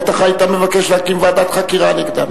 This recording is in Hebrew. בטח היית מבקש להקים ועדת חקירה נגדם,